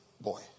boy